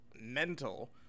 mental